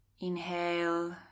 Inhale